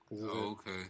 Okay